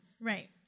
Right